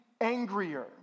angrier